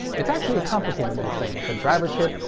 it's actually a complicated little thing with a driver chip,